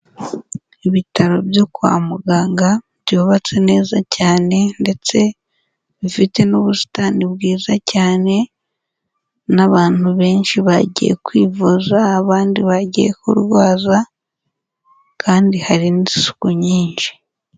Ibitaro byo kwa muganga byubatse neza cyane ndetse bifite n'ubusitani bwiza cyane n'abantu benshi bagiye kwivuza, abandi bagiye kurwaza, kandi hari n'isuku nyinshi.